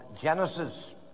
Genesis